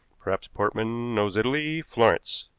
perhaps portman knows italy florence.